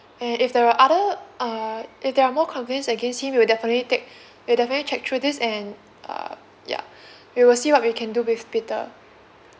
and if there are other uh if there are more convince against him we'll definitely take we'll definitely check through this and uh ya we will see what we can do with peter